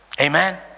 Amen